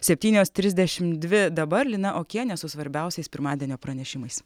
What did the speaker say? septynios trisdešimt dvi dabar lina okienė su svarbiausiais pirmadienio pranešimais